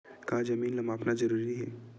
का जमीन ला मापना जरूरी हे?